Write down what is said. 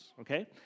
okay